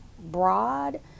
broad